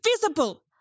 visible